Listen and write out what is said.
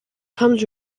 comes